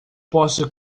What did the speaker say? posso